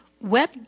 web